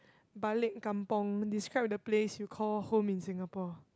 balik kampung describe the place you call home in Singapore